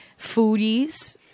foodies